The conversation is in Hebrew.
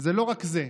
זה לא רק זה,